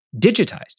digitized